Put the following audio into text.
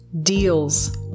deals